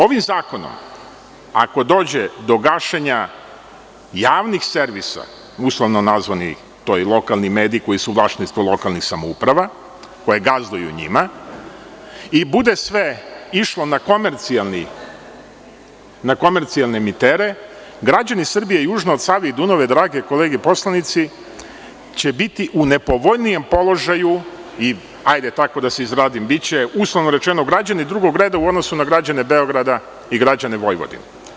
Ovim zakonom, ako dođe do gašenja javnih servisa, uslovno nazvanih, to su lokalni mediji koji su u vlasništvu lokalnih samouprava koje gazduju njima i bude sve išlo na komercijalne emitere, građani Srbije južno od Save i Dunava, drage kolege poslanici, će biti u nepovoljnijem položaju, uslovno rečeno, biće građani drugog reda u odnosu na građane Beograda i građane Vojvodine.